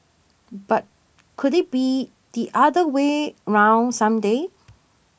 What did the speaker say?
but could it be the other way round some day